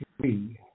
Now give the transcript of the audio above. three